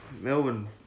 Melbourne